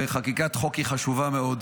וחקיקת חוק היא חשובה מאוד,